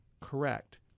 Correct